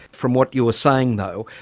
from what you're saying, though,